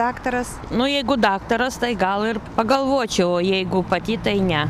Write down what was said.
nu jeigu daktaras tai gal pagalvočiauo jeigu pati tai ne